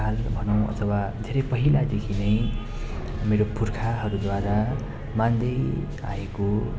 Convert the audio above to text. काल भनौँ अथवा धेरै पहिलादेखि नै मेरो पुर्खाहरूद्वारा मान्दैआएको हो